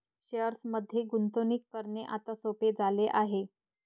शेअर्समध्ये गुंतवणूक करणे आता सोपे झाले आहे